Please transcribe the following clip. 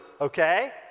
okay